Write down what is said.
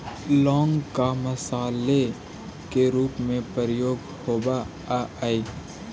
लौंग का मसाले के रूप में प्रयोग होवअ हई